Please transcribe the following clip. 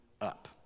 up